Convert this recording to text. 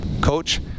Coach